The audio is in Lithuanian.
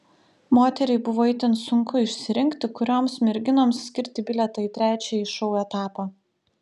moteriai buvo itin sunku išsirinkti kurioms merginoms skirti bilietą į trečiąjį šou etapą